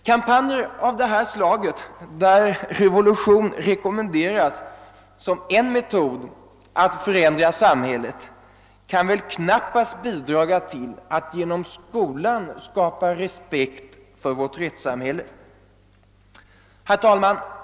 Kampanjer av detta slag, där revolution rekommenderas som en metod att förbättra samhället, kan väl knappast bidra till att genom skolan skapa respekt för vårt rättssamhälle. Herr talman!